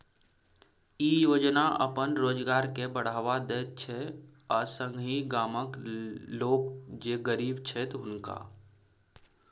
ई योजना अपन रोजगार के बढ़ावा दैत छै आ संगहि गामक लोक जे गरीब छैथ हुनका